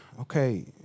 Okay